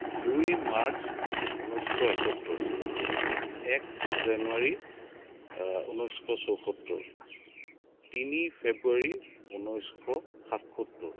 দুই মাৰ্চ ঊনৈছশ এসত্তৰ এক জানুৱাৰি ঊনৈছশ ছয়সত্তৰ তিনি ফেব্ৰুৱাৰী ঊনৈছশ সাতসত্তৰ